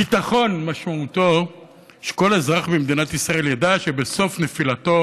ביטחון משמעותו שכל אזרח במדינת ישראל ידע שבסוף נפילתו